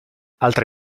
altra